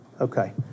Okay